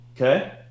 Okay